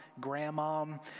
grandmom